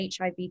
HIV